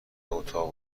اتاق